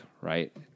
right